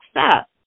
success